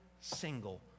single